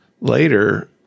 later